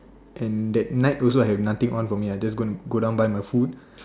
and that night also I have nothing on for me I just gonna go down buy my food